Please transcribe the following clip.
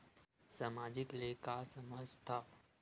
सामाजिक ले का समझ थाव?